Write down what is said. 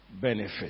benefit